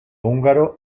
húngaro